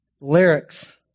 Lyrics